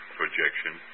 projection